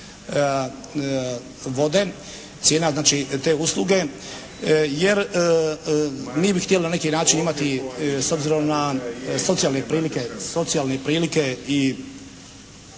vode. Cijena znači te usluge jer mi bi htjeli na neki način imati s obzirom na socijalne prilike,